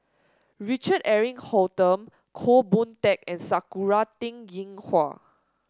Richard Eric Holttum Goh Boon Teck and Sakura Teng Ying Hua